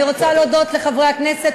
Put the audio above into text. אני רוצה להודות לחברי הכנסת,